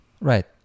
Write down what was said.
Right